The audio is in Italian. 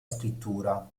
scrittura